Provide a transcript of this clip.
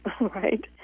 right